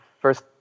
first